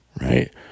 right